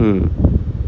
mm